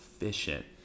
efficient